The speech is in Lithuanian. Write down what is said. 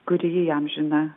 kuri įamžina